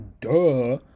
Duh